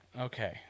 okay